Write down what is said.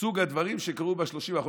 סוג הדברים שקרו פה ב-30 השנים האחרונות.